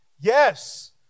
Yes